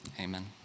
amen